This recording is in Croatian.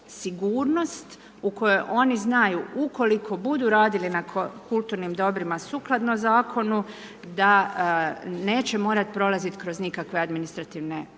sigurnost, u kojem oni znaju, ukoliko budu radili na kulturnim dobrima, sukladno zakonu, da neće morati prolaziti kroz nikakve administrativne procedure.